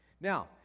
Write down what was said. Now